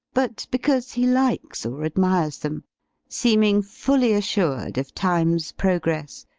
but because he likes or admires them seeming fully assured of time's progress,